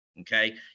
okay